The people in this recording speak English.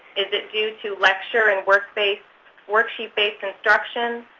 is it due to lecture and worksheet-based worksheet-based instructions,